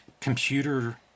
computer